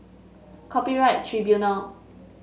Copyright Tribunal